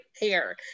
hair